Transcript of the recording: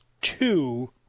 two